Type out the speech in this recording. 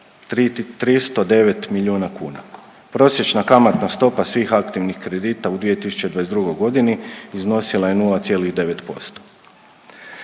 309 miliona kuna. Prosječna kamatna stopa svih aktivnih kredita u 2022. godini iznosila je 0,9%.